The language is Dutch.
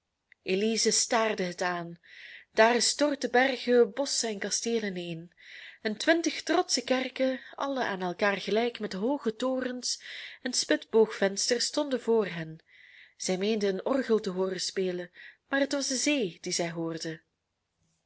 staarde het aan daar stortten bergen bosschen en kasteel ineen en twintig trotsche kerken alle aan elkaar gelijk met hooge torens en spitsboogvensters stonden voor hen zij meende een orgel te hooren spelen maar het was de zee die zij hoorde